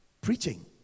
preaching